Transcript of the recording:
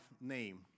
name